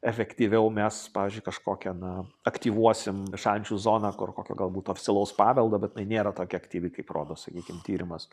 efektyviau mes pavyzdžiui kažkokie na aktyvuosim šančių zoną kur kokią galbūt oficialaus paveldo bet jinai nėra tokia aktyvi kaip rodo sakykim tyrimas